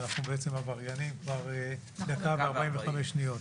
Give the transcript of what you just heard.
ואנחנו בעצם עבריינים כבר דקה ו-45 שניות.